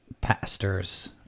pastors